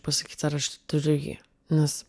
pasakyt ar aš turiu jį nes